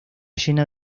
llena